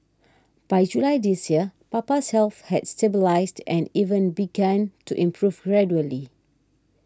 by July this year Papa's health has stabilised and even begun to improve gradually